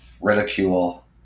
ridicule